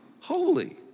holy